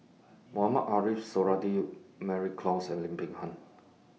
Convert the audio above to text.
Mohamed Ariff Suradi Mary Klass and Lim Peng Han